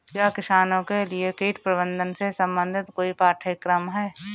क्या किसानों के लिए कीट प्रबंधन से संबंधित कोई पाठ्यक्रम है?